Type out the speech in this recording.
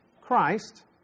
Christ